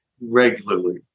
regularly